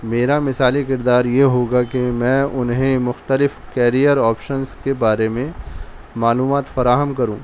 میرا مثالی کردار یہ ہوگا کہ میں انہیں مختلف کیرئر آپشنس کے بارے میں معلومات فراہم کروں